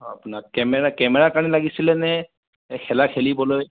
অ আপোনাক camera camera কাৰণে লাগিছিলেনে খেলা খেলিবলৈ